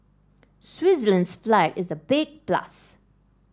Switzerland's flag is a big plus